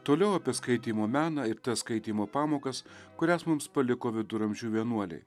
toliau apie skaitymo meną ir tas skaitymo pamokas kurias mums paliko viduramžių vienuoliai